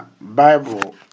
Bible